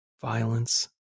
violence